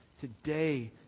Today